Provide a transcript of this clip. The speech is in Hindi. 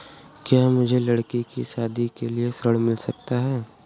क्या मुझे लडकी की शादी के लिए ऋण मिल सकता है?